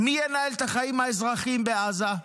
מי ינהל את החיים האזרחיים בעזה?